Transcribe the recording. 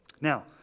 Now